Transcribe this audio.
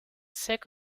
sick